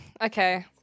Okay